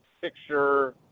picture